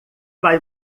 vai